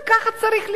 ככה צריך להיות?